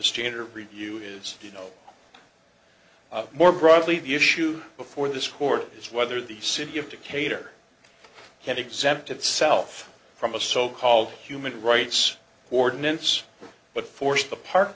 standard review is you know more broadly view issues before this court is whether the city of decatur can exempt itself from a so called human rights ordinance but force the park